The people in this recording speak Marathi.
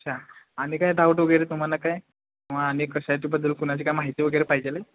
अच्छा आणि काय डाऊट वगैरे तुम्हाला काय किंवा आणि कशाच्याबद्दल कुणाची काय माहिती वगैरे पाहिजेल आहे